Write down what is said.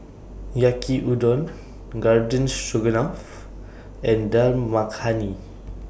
Yaki Udon Garden Stroganoff and Dal Makhani